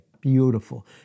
Beautiful